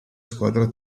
squadra